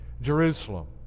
Jerusalem